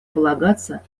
полагаться